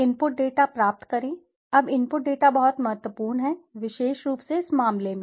input data प्राप्त करें अब इनपुट डेटा बहुत महत्वपूर्ण है विशेष रूप से इस मामले में